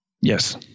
Yes